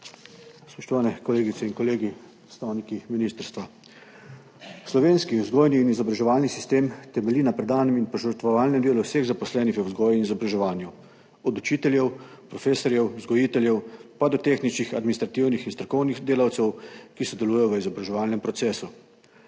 Spoštovane kolegice in kolegi, predstavniki ministrstva. Slovenski vzgojni in izobraževalni sistem temelji na predanem in požrtvovalnem delu vseh zaposlenih v vzgoji in izobraževanju, od učiteljev, profesorjev, vzgojiteljev, pa do tehničnih, administrativnih in strokovnih delavcev, ki sodelujejo v izobraževalnem procesu.